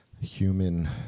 human